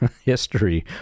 history